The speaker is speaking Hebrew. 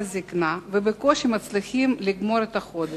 הזיקנה ובקושי מצליחים לגמור את החודש.